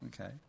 okay